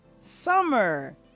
summer